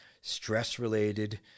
stress-related